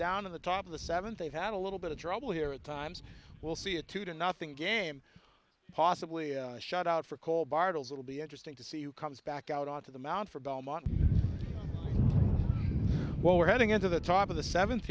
down in the top of the seventh they've had a little bit of trouble here at times we'll see a two to nothing game possibly a shutout for call bartels it'll be interesting to see who comes back out onto the mound for belmont what we're heading into the top of the seventh